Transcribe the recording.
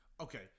okay